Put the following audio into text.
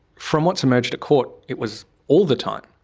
from what's emerged at court it was all the time.